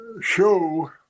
show